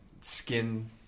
skin